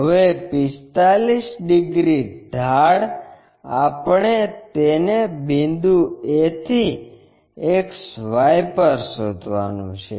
હવે 45 ડિગ્રી ઢાળ આપણે તેને બિંદુ a થી XY પર શોધવાનું છે